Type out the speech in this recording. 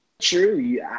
true